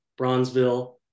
Bronzeville